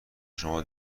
شما